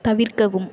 தவிர்க்கவும்